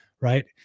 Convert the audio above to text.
right